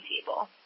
table